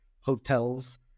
hotels